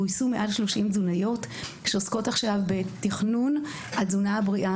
גויסו מעל 30 תזונאיות שעוסקות עכשיו בתכנון התזונה הבריאה,